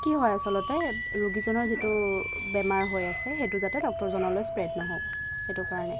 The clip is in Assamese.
কি হয় আচলতে ৰোগীজনৰ যিটো বেমাৰ হৈ আছে সেইটো যাতে ডক্টৰ জনলৈ স্প্ৰেড নহওঁক সেইটো কাৰণে